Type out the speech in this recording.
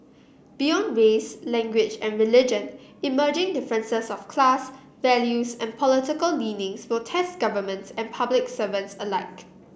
beyond race language and religion emerging differences of class values and political leanings will test governments and public servants alike